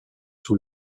sous